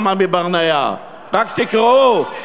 רק תקראו.